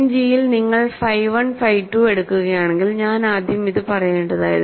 end ജിയിൽ നിങ്ങൾ ഫൈ1 ഫൈ 2 എടുക്കുകയാണെങ്കിൽ ഞാൻ ആദ്യം ഇത് പറയേണ്ടതായിരുന്നു